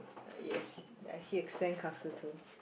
uh yes I see a sandcastle too